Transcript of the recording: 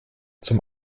zum